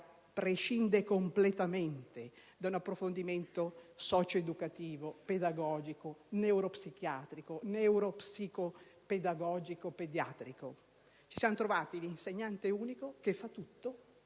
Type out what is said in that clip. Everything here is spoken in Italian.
prescinde completamente da un approfondimento socio-educativo, pedagogico, neuro-psichiatrico e neuro-psicopedagogico-pediatrico: ci siamo trovati di fronte ad un insegnante